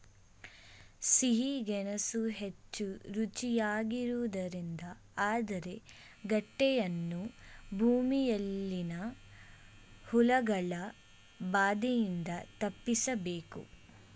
ಸಿಹಿ ಗೆಣಸು ಹೆಚ್ಚು ರುಚಿಯಾಗಿರುವುದರಿಂದ ಆದರೆ ಗೆಡ್ಡೆಯನ್ನು ಭೂಮಿಯಲ್ಲಿನ ಹುಳಗಳ ಬಾಧೆಯಿಂದ ತಪ್ಪಿಸಬೇಕು